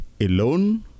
alone